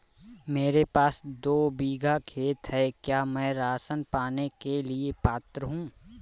मेरे पास दो बीघा खेत है क्या मैं राशन पाने के लिए पात्र हूँ?